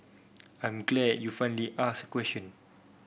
I'm glad you finally asked a question